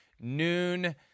noon